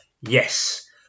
Yes